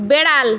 বেড়াল